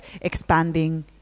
expanding